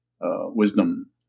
wisdom